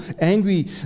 angry